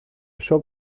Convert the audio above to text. shop